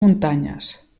muntanyes